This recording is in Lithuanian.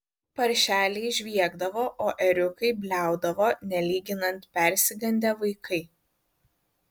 paršeliai žviegdavo o ėriukai bliaudavo nelyginant persigandę vaikai